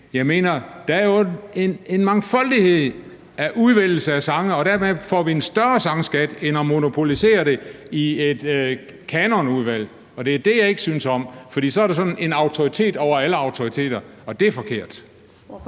jeg mener, er, at der jo er en mangfoldighed af udvælgelser af sange, og dermed får vi en større sangskat end at monopolisere det i et kanonudvalg, og det er det, jeg ikke synes om. For så er der sådan en autoritet over alle autoriteter, og det er forkert.